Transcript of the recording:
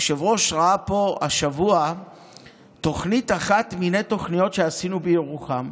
היושב-ראש ראה פה השבוע תוכנית אחת מני תוכניות שעשינו בירוחם.